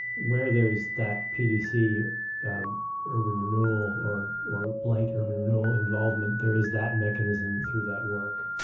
where there's that pdc urban renewal or or light urban renewal involvement there's that mechanism through that work.